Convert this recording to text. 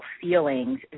feelings